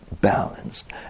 balanced